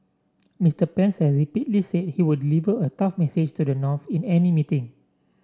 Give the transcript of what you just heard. Mister Pence has repeatedly say he would deliver a tough message to the north in any meeting